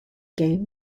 game